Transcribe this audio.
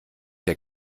der